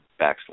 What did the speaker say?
backslash